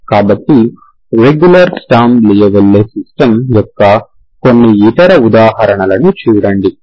కాబట్టి regular Sturm Liouville system యొక్క కొన్ని ఇతర ఉదాహరణలను చూడండి